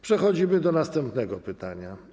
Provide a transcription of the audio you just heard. Przechodzimy do następnego pytania.